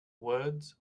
words